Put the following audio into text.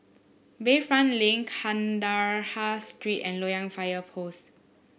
Bayfront Link Kandahar Street and Loyang Fire Post